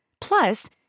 Plus